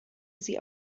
sie